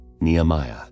Nehemiah